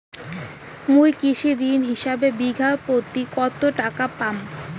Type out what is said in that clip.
মুই কৃষি ঋণ হিসাবে বিঘা প্রতি কতো টাকা পাম?